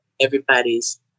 everybody's